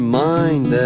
mind